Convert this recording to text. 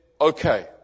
okay